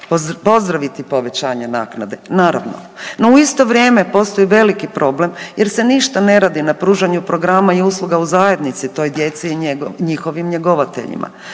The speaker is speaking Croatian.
pozdraviti povećanje naknade, naravno, no u isto vrijeme postoji veliki problem jer se ništa ne radi na pružanju programa i usluga u zajednici toj djeci i njihovim njegovateljima.